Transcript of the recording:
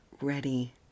ready